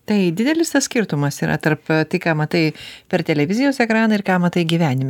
tai didelis tas skirtumas yra tarp tai ką matai per televizijos ekraną ir ką matai gyvenime